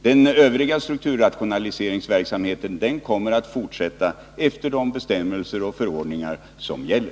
Den övriga strukturrationaliseringsverk | samheten kommer att fortsätta efter de bestämmelser och förordningar som gäller.